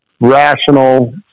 rational